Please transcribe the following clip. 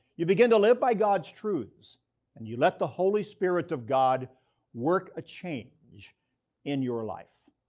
you begin to live by god's truths and you let the holy spirit of god work a change in your life.